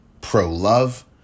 pro-love